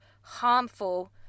harmful